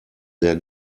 sehr